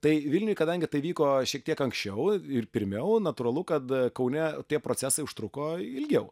tai vilniuj kadangi tai vyko šiek tiek anksčiau ir pirmiau natūralu kad kaune tie procesai užtruko ilgiau